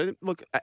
look